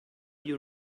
you